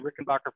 Rickenbacker